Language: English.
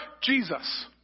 Jesus